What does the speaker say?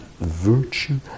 virtue